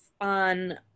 on